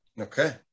okay